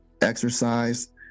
exercise